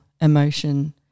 emotion